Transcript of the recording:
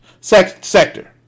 sector